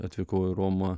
atvykau į romą